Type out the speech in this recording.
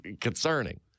concerning